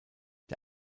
der